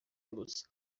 los